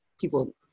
people